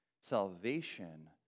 Salvation